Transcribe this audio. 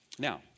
Now